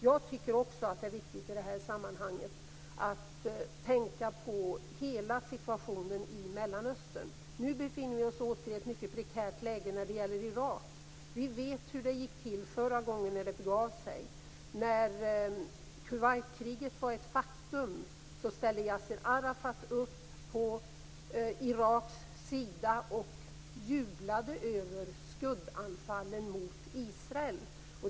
Det är viktigt att i det här sammanhanget tänka på hela situationen i Mellanöstern. Nu befinner vi oss återigen i ett prekärt läge i fråga om Irak. Vi vet hur det gick till förra gången det begav sig. När Kuwaitkriget var ett faktum ställde Yasir Arafat upp på Iraks sida och jublade över scudanfallen mot Israel.